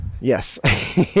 Yes